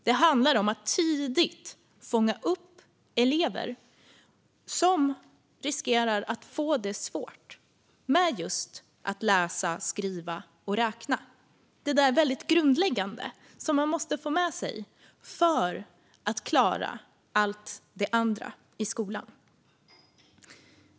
Det handlar om att tidigt fånga upp elever som riskerar att få det svårt med att just läsa, skriva och räkna - det där väldigt grundläggande som man måste få med sig för att klara allt det andra i skolan.